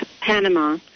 Panama